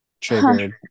triggered